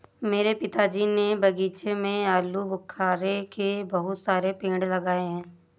मेरे पिताजी ने बगीचे में आलूबुखारे के बहुत सारे पेड़ लगाए हैं